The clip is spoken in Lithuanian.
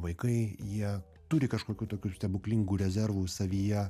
vaikai jie turi kažkokių tokių stebuklingų rezervų savyje